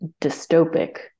dystopic